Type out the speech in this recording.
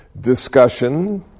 discussion